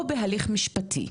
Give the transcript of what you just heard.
או בהליך משפטי.